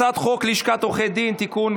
הצעת חוק לשכת עורכי הדין (תיקון,